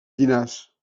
llinars